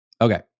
Okay